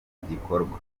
igikorwa